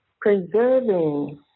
preserving